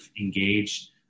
engaged